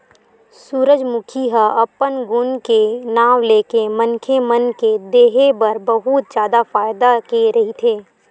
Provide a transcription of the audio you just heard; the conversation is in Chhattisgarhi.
सूरजमूखी ह अपन गुन के नांव लेके मनखे मन के देहे बर बहुत जादा फायदा के रहिथे